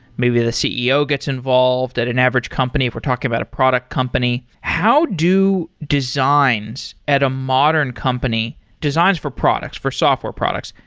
maybe the ceo gets involved at an average company if we're talking about a product company. how do designs at a modern company, designs for products, for software products,